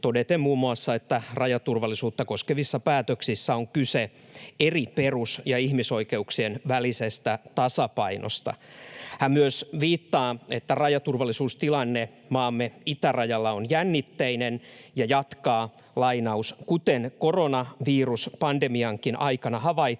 todeten muun muassa, että rajaturvallisuutta koskevissa päätöksissä on kyse eri perus- ja ihmisoikeuksien välisestä tasapainosta. Hän myös viittaa, että rajaturvallisuustilanne maamme itärajalla on jännitteinen, ja jatkaa: ”Kuten koronaviruspandemiankin aikana havaittiin,